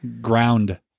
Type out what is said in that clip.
Ground